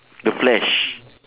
the flash